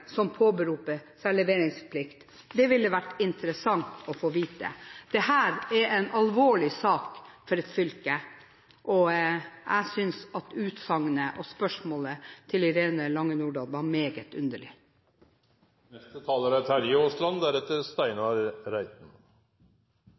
som påberoper seg leveringsplikt. Det ville være interessant å få vite. Dette er en alvorlig sak for et fylke, og jeg synes utsagnet og spørsmålet fra Bakke-Jensen til Irene Lange Nordahl var meget